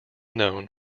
known